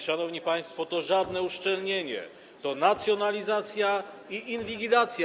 Szanowni państwo, to żadne uszczelnienie, to nacjonalizacja i inwigilacja.